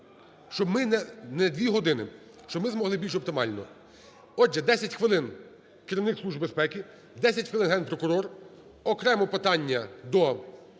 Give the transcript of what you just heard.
щоб ми не дві години, щоб ми змогли більш оптимально? Отже, 10 хвилин – керівник Служби безпеки, 10 хвилин - Генпрокурор, окремо питання до